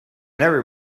never